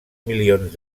milions